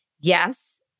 Yes